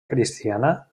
cristiana